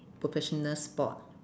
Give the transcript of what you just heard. professional spot